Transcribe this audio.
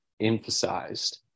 emphasized